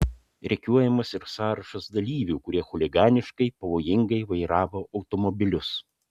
rikiuojamas ir sąrašas dalyvių kurie chuliganiškai pavojingai vairavo automobilius